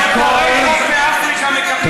פורעי חוק מאפריקה מקבלים,